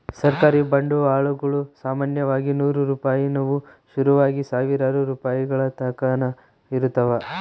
ಸರ್ಕಾರಿ ಬಾಂಡುಗುಳು ಸಾಮಾನ್ಯವಾಗಿ ನೂರು ರೂಪಾಯಿನುವು ಶುರುವಾಗಿ ಸಾವಿರಾರು ರೂಪಾಯಿಗಳತಕನ ಇರುತ್ತವ